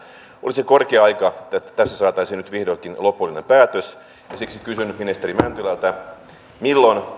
olisi korkea aika että tässä saataisiin nyt vihdoinkin lopullinen päätös ja siksi kysyn nyt ministeri mäntylältä milloin